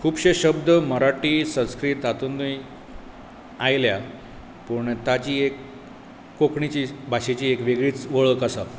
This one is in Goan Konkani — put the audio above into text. खूबशे शब्द मराठी संस्कृत तातुनूय आयल्या पूण ताची एक कोंकणीची भाशेची एक वेगळीच वळख आसा